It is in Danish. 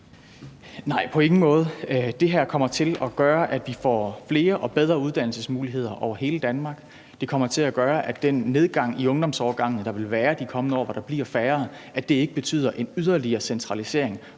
Nej, på ingen måde. Det her kommer til at gøre, at vi får flere og bedre uddannelsesmuligheder over hele Danmark. Det kommer til at gøre, at den nedgang i ungdomsårgangene, der vil være i de kommende år, hvor der bliver færre, ikke betyder en yderligere centralisering